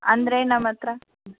ಅಂದರೆ ನಮ್ಮ ಹತ್ರ